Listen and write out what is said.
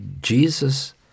Jesus